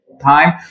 time